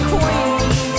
Queen